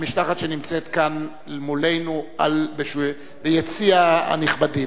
המשלחת שנמצאת כאן מולנו ביציע הנכבדים.